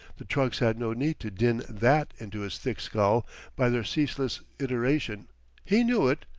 the trucks had no need to din that into his thick skull by their ceaseless iteration he knew it,